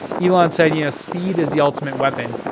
elon said, yeah speed is the ultimate weapon.